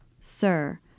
Sir